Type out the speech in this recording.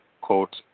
quote